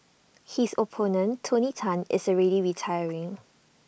his opponent tony Tan is already retiring